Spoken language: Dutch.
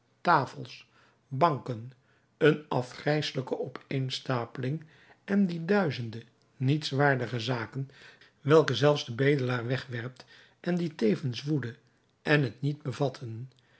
tafels banken een afgrijselijke opeenstapeling en die duizenden nietswaardige zaken welke zelfs de bedelaar wegwerpt en die tevens woede en het niet bevatten